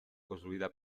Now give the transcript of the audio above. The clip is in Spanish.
construida